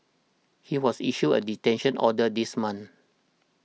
he was issued a detention order this month